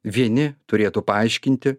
vieni turėtų paaiškinti